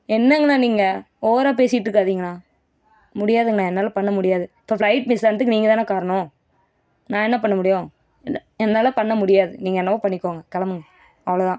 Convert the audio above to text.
என்னங்கண்ணா நீங்கள் ஓவரா பேசிட்டுருக்காதிங்கண்ணா முடியாதுங்கண்ணா என்னால் பண்ண முடியாது இப்போ ஃப்ளைட் மிஸ் ஆனதுக்கு நீங்கள் தான காரணம் நான் என்ன பண்ணமுடியும் என் என்னால் பண்ண முடியாது நீங்கள் என்னமோ பண்ணிக்கோங்க கிளம்புங்க அவ்வளோ தான்